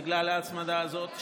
בגלל ההצמדה הזאת,